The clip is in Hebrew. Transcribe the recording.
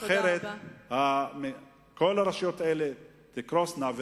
אחרת כל הרשויות האלה תקרוסנה.